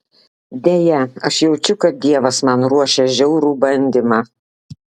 deja aš jaučiu kad dievas man ruošia žiaurų bandymą